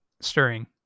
stirring